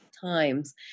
times